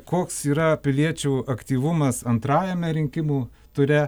koks yra piliečių aktyvumas antrajame rinkimų ture